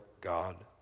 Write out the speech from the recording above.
God